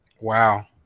Wow